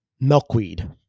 Milkweed